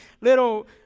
little